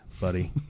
buddy